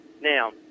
Now